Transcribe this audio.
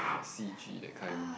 戏剧 that kind one